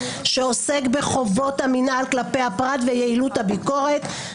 שעוסק בחובות המינהל כלפי הפרט ויעילות הביקורת.